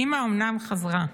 אימא אומנם חזרה,